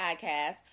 podcast